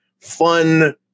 fun